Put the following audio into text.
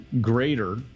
greater